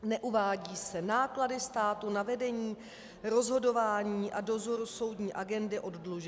Neuvádí se náklady státu na vedení, rozhodování a dozor soudní agendy oddlužení.